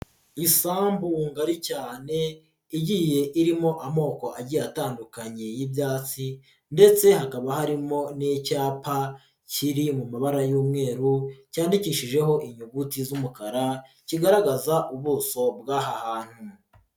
Isambu mu ngari cyane igiye irimo amoko agiye atandukanye y'ibyatsi ndetse hakaba harimo n'icyapa kiri mu mabara y'umweru, cyandikishijeho inyuguti z'umukara kigaragaza ubuso bw'aha hantu.